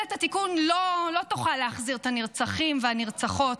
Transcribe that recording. ממשלת התיקון לא תוכל להחזיר את הנרצחים והנרצחות,